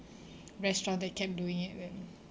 restaurant that kept doing it when